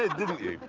ah didn't you?